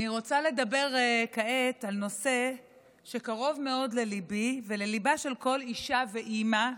אני רוצה לדבר כעת על נושא שקרוב מאוד לליבי ולליבה של כל אישה ואימא,